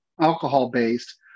alcohol-based